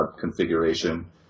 configuration